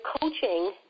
coaching